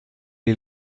est